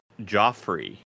Joffrey